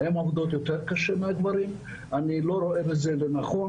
הן עובדות קשה יותר מהגברים ואני לא רואה שזה נכון